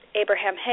Abraham